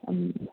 മ്മ്